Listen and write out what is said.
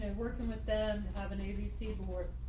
and working with them have an abc board